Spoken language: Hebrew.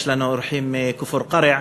יש לנו אורחים מכפר-קרע,